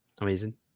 Amazing